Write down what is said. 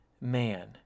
man